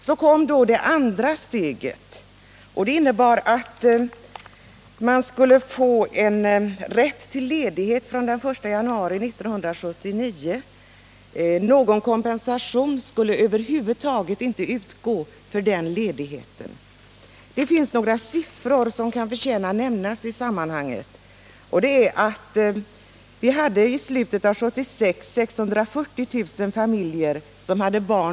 Så kom då det andra steget, och det innebar att man skulle få rätt till ledighet från den 1 januari 1979. Någon kompensation skulle över huvud taget inte utgå för den ledigheten. Det finns några siffror som kan förtjäna nämnas i sammanhanget. I slutet av 1976 hade 640 000 familjer barn under åtta år.